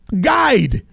Guide